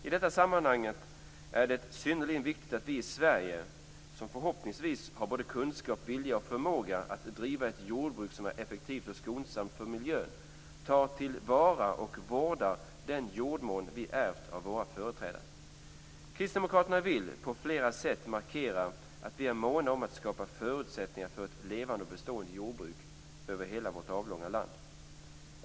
I detta sammanhang är det synnerligen viktigt att vi i Sverige, som förhoppningsvis har både kunskap, vilja och förmåga att driva ett jordbruk som är effektivt och skonsamt för miljön, tar till vara och vårdar den jordmån vi ärvt av våra företrädare. Kristdemokraterna vill på flera sätt markera att vi är måna om att skapa förutsättningar för ett levande och bestående jordbruk över hela vårt avlånga land.